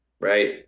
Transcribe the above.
right